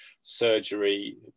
surgery